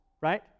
right